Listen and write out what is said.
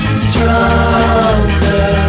stronger